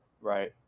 Right